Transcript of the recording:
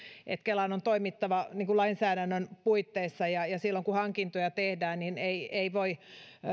kelan on toimittava lainsäädännön puitteissa ja ja silloin kun hankintoja tehdään niin